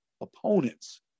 opponents